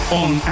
on